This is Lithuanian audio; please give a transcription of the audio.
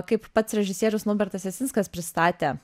kaip pats režisierius naubertas jasinskas pristatė